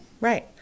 Right